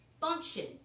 function